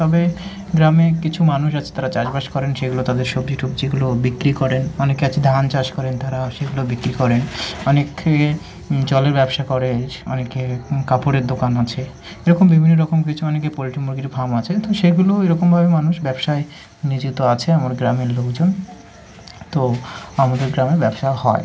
তবে গ্রামে কিছু মানুষ আছে তারা চাষবাস করেন সেগুলো তাদের সব্জি টব্জিগুলো বিক্রি করেন অনেকে আছে ধান চাষ করেন তারা সেগুলো বিক্রি করেন অনেকে জলের ব্যবসা করেন অনেকে কাপড়ের দোকান আছে এরকম বিভিন্ন রকম কিছু অনেকে পোল্ট্রি মুরগির ফার্ম আছে তো সেগুলো ওই রকমভাবে মানুষ ব্যবসায় নিয়োজিত আছে আমার গ্রামের লোকজন তো আমাদের গ্রামে ব্যবসা হয়